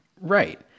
Right